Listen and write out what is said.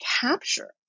capture